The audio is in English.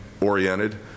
oriented